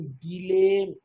delay